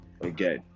again